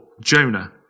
Jonah